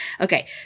Okay